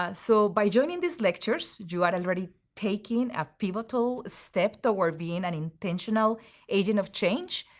ah so by joining this lectures, you are already taking a pivotal step toward being an intentional agent of change,